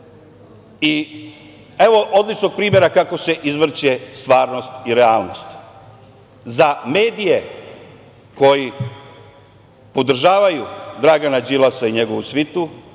odličnog primera kako se izvrće stvarnost i realnost. Za medije koji podržavaju Dragana Đilasa i njegovu svitu